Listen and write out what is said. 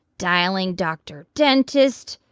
dialing doctor dentist.